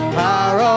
power